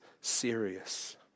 serious